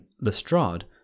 Lestrade